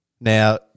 Now